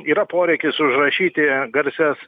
yra poreikis užrašyti garsias